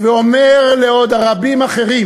ואומר לעוד רבים אחרים,